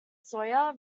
sawyer